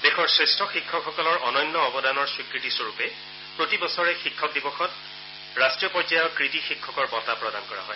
দেশৰ শ্ৰেষ্ঠ শিক্ষকসকলৰ অনন্য অৱদানৰ স্বীকৃতি স্বৰূপে প্ৰতিবছৰে শিক্ষক দিৱসৰ দিনা ৰাষ্ট্ৰীয় পৰ্যায়ৰ কৃতী শিক্ষকৰ বঁটা প্ৰদান কৰা হয়